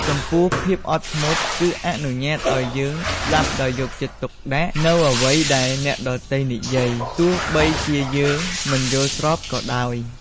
ចំពោះភាពអត់ធ្មត់គឺអនុញ្ញាតឲ្យយើងស្តាប់ដោយយកចិត្តទុកដាក់នូវអ្វីដែលអ្នកដទៃនិយាយ ទោះបីជាយើងមិនយល់ស្របក៏ដោយ។